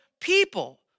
people